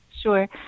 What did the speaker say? Sure